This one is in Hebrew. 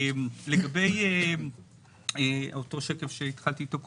לגבי אותו שקף שהתחלתי אתו קודם,